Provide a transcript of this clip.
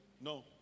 no